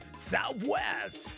southwest